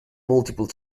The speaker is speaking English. multiple